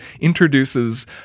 introduces